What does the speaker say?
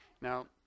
Now